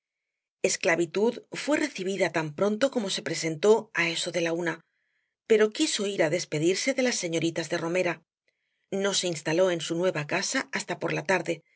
esclavitud fué recibida tan pronto como se presentó á eso de la una pero quiso ir á despedirse de las señoritas de romera no se instaló en su nueva casa hasta por la tarde